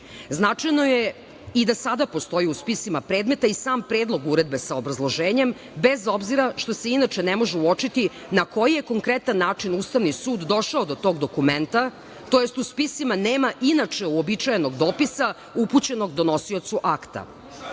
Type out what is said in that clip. je i da sada postoji u spisima predmeta i sam Predlog uredbe sa obrazloženjem bez obzira što se inače ne može uočiti na koji je konkretan način Ustavni sud došao do tog dokumenta tj. u spisima nema inače uobičajenog dopisa upućenog donosiocu akta. Nije